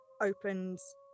opens